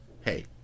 hey